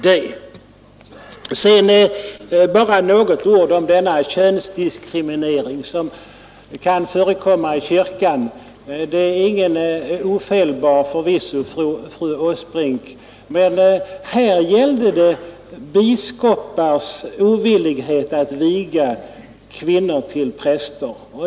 Sedan bara några ord om den könsdiskriminering som kan förekomma i kyrkan! Förvisso är ingen ofelbar, fru Åsbrink. Men här gäller det biskopars ovilja att viga kvinnor till präster.